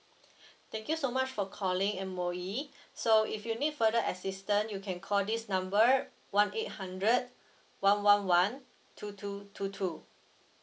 thank you so much for calling M_O_E so if you need further assistance you can call this number one eight hundred one one one two two two two